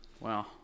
Wow